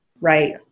right